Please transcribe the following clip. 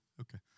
okay